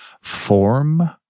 form